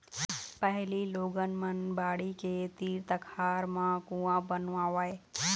पहिली लोगन मन बाड़ी के तीर तिखार म कुँआ बनवावय